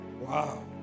wow